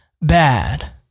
bad